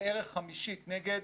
בערך חמישית נגד